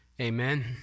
Amen